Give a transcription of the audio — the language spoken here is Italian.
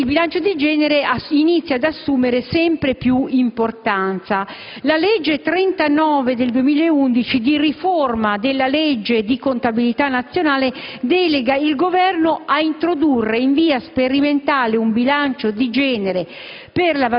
il bilancio di genere inizia quindi ad assumere sempre più importanza. La legge n. 39 del 2011 di riforma della legge di contabilità nazionale delega il Governo a introdurre in via sperimentale un bilancio di genere,